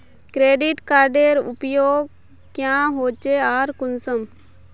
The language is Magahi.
क्रेडिट कार्डेर उपयोग क्याँ होचे आर कुंसम?